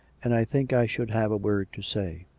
and i think i should have a word to say.